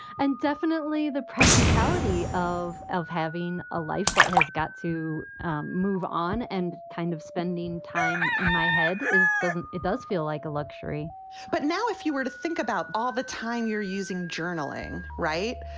and definitely the practicality of of having a life that has got to move on and kind of spending time in my head is doesn't it does feel like a luxury but now, if you were to think about all the time, you're using journaling. right.